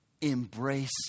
Embrace